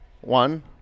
One